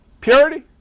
purity